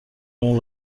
اون